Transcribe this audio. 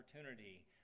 opportunity